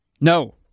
No